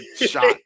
shot